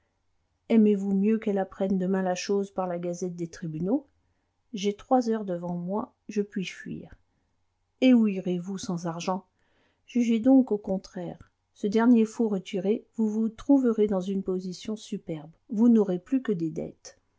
aimez-vous mieux qu'elle apprenne demain la chose par la gazette des tribunaux j'ai trois heures devant moi je puis fuir et où irez-vous sans argent jugez donc au contraire ce dernier faux retiré vous vous trouverez dans une position superbe vous n'aurez plus que des dettes